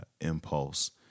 impulse